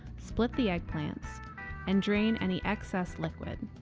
split the eggplants and drain any excess liquid